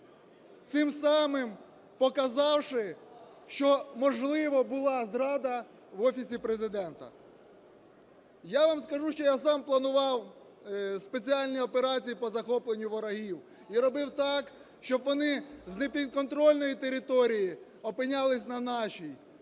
цим самим показавши, що, можливо, була зрада в Офісі Президента. Я вам скажу, що я сам планував спеціальні операції по захопленню ворогів і робив так, щоб вони з непідконтрольної території опинялись на нашій,